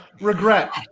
regret